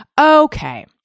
Okay